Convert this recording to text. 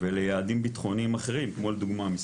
וליעדים ביטחוניים אחרים כמו לדוגמא,